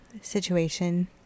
situation